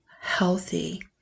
healthy